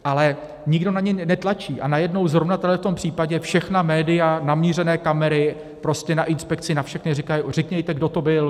Ale nikdo na ně netlačí, a najednou zrovna v tomhle případě všechna média, namířené kamery, prostě na inspekci, na všechny říkají: Říkejte, kdo to byl!